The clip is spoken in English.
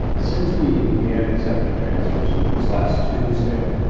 since we began accepting transfers, which was last tuesday,